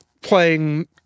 playing